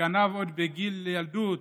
שגנב עוד בגיל ילדות,